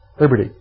Liberty